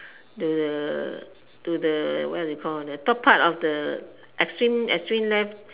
the to the what is it called the top part of the extreme extreme left